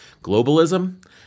Globalism